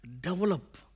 develop